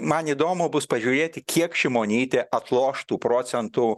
man įdomu bus pažiūrėti kiek šimonytė atloštų procentų